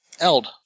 Eld